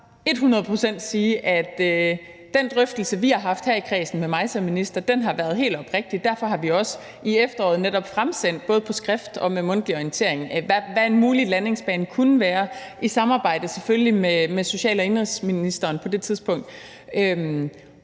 kan bare sige, at den drøftelse, vi har haft her i kredsen med mig som minister, har været hundrede procent oprigtig. Og derfor har vi også netop i efteråret fremsendt – både på skrift og med en mundtlig orientering – hvad en mulig landingsbane kunne være, selvfølgelig i samarbejde med social- og indenrigsministeren på det tidspunkt.